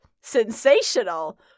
sensational